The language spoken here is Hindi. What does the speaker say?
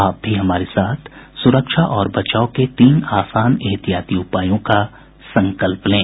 आप भी हमारे साथ सुरक्षा और बचाव के तीन आसान एहतियाती उपायों का संकल्प लें